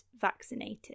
vaccinated